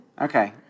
Okay